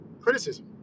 criticism